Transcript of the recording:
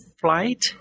flight